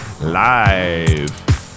live